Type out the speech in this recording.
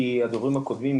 כי בעצם הדוברים הקודמים,